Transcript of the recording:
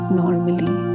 normally